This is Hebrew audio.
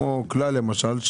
כמו כלל למשל,